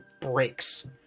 breaks